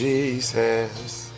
Jesus